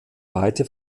weite